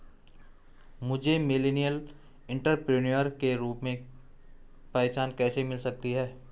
मुझे millennial entrepreneur के रूप में पहचान कैसे मिल सकती है?